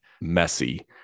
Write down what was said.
messy